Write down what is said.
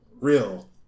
real